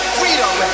freedom